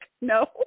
No